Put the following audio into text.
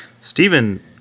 Stephen